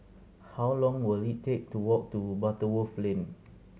how long will it take to walk to Butterworth Lane